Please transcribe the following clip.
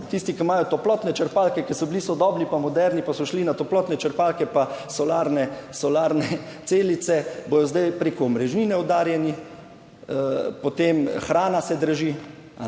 črpalke, ki so bili sodobni pa moderni, pa so šli na toplotne črpalke pa solarne celice, bodo zdaj preko omrežnine udarjeni. Potem, hrana se draži,